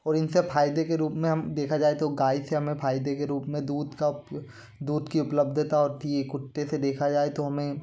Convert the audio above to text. और इन से फ़ायदे के रूप में हम देखा जाए तो गाय से हमें फ़ायदे के रूप में दूध का उपयो दूध की उपलब्धता होती है कुत्ते से देखा जाए तो हमें